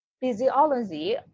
physiology